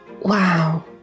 wow